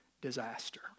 disaster